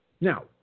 Now